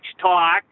talk